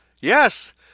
Yes